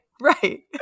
Right